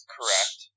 Correct